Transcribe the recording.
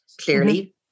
clearly